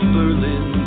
Berlin